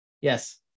yes